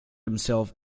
himself